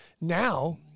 Now